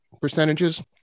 percentages